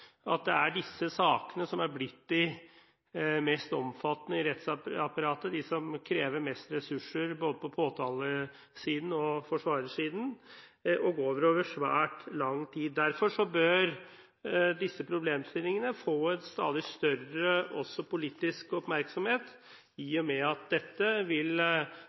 at det er disse sakene som er de mest omfattende i rettsapparatet, de som krever mest ressurser både på påtalesiden og på forsvarersiden, og som går over svært lang tid. Derfor bør disse problemstillingene få en stadig større politisk oppmerksomhet, i og med at dette